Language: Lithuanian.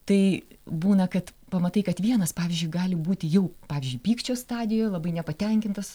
tai būna kad pamatai kad vienas pavyzdžiui gali būti jau pavyzdžiui pykčio stadijoj labai nepatenkintas